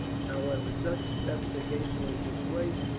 however, such thefts occasionally took place,